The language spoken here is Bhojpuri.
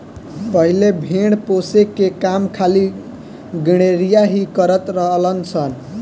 पहिले भेड़ पोसे के काम खाली गरेड़िया ही करत रलन सन